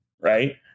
right